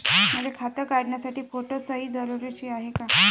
मले खातं काढासाठी फोटो अस सयी जरुरीची हाय का?